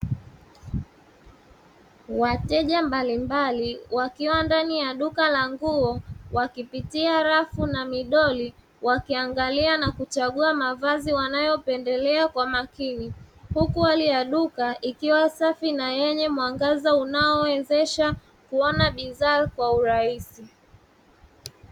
Wateja mbalimbali wakiwa ndani ya duka la nguo, wakipitia rafu na midoli, wakiangalia na kuchagua mavazi wanayopendelea kwa makini, huku hali ya duka ikiwa safi na yenye mwangaza unaowezesha kuona bidhaa kwa urahisi.